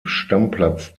stammplatz